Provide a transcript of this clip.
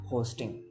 Hosting